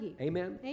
Amen